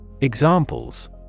Examples